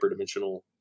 hyperdimensional